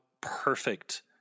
perfect